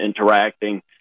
interacting